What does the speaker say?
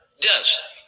dust